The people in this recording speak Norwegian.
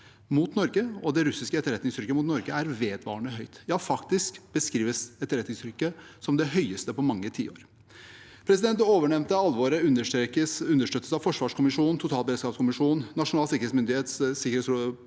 mot Norge, og det russiske etterretningstrykket mot Norge er vedvarende høyt – ja, faktisk beskrives etterretningstrykket som det høyeste på mange tiår. Det ovennevnte alvoret understøttes av forsvarskommisjonen, totalberedskapskommisjonen, Nasjonal sikkerhetsmyndighets sikkerhetsfaglige